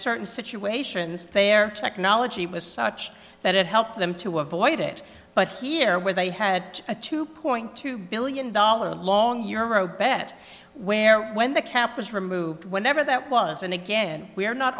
certain situations their technology was such that it helped them to avoid it but here where they had a two point two billion dollar long euro bet where when the cap was removed whenever that was and again we're not